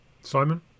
Simon